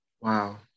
Wow